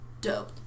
Dope